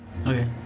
okay